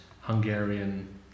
Hungarian